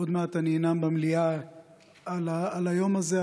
עוד מעט אנאם במליאה על היום הזה,